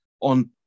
on